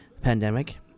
pandemic